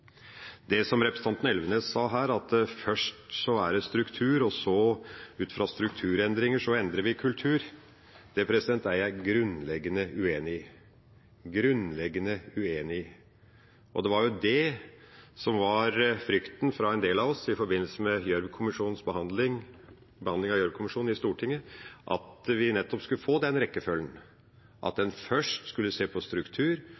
Det som representanten Elvenes sa her, at først er det struktur, og så – ut fra strukturendringer – endrer vi kultur, er jeg grunnleggende uenig i. Det var jo det en del av oss fryktet i forbindelse med behandlingen av Gjørv-kommisjonens rapport i Stortinget, at vi nettopp skulle få den rekkefølgen – at en først skulle se på struktur,